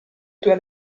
due